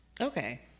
Okay